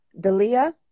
Dalia